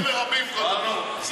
אל תדברי ברבים, בסדר?